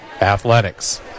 Athletics